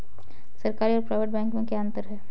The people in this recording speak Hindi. सरकारी और प्राइवेट बैंक में क्या अंतर है?